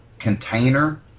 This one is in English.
container